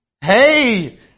hey